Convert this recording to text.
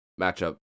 matchup